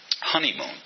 honeymoon